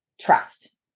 trust